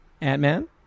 Ant-Man